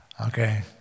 Okay